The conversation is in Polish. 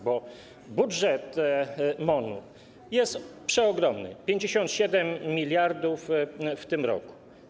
Budżet MON-u jest przeogromny - 57 mld w tym roku.